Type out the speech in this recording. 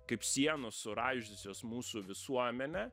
kaip sienos suraižiusios mūsų visuomenę